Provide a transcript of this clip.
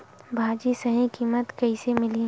भाजी सही कीमत कइसे मिलही?